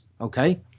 okay